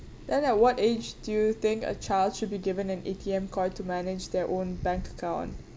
then at what age do you think a child should be given an A_T_M card to manage their own bank account